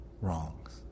wrongs